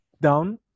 down